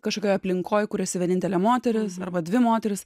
kažkokioj aplinkoj kurioj esi vienintelė moteris arba dvi moterys